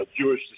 Jewish